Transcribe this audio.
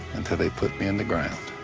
until they put me in the ground.